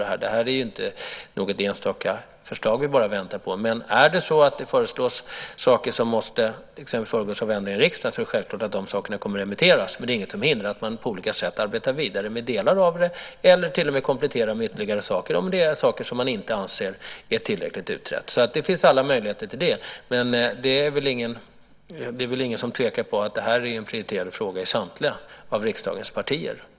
Det är inte bara något enstaka förslag vi väntar på. Men om det föreslås saker som måste behandlas i riksdagen är det självklart att de sakerna kommer att remitteras. Men det är inget som hindrar att man på olika sätt arbetar vidare med delar av det eller till och med kompletterar med ytterligare saker, om det är saker som man anser inte är tillräckligt utredda. Det finns alla möjligheter till det. Men det är väl ingen som tvivlar på att det här är en prioriterad fråga i samtliga riksdagens partier.